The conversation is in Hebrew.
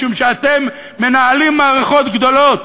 משום שאתם מנהלים מערכות גדולות,